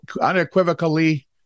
Unequivocally